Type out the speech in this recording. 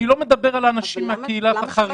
ואני לא מדבר על אנשים מן הקהילות החרדיות.